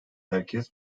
herkes